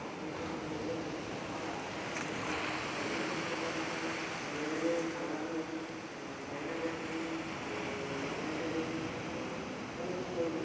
ಆ ಹೂವುಗಳನ್ ನೋಡಿದ್ರೆ ನಮ್ಗೆ ಭಾಳ ಆಶ್ಚರ್ಯ ಆಯಿತು ಒಂದಕ್ಕಿಂತ ಒಂದು ಒಳ್ಳೆಯ ಒಳ್ಳೆಯ ಕಲರ್ ಬಣ್ಣಗಳು ಆಮೇಲೆ ಒಳ್ಳೆಯ ಒಳ್ಳೆಯ ಹೂವುಗಳು